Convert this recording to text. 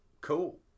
cool